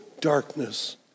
darkness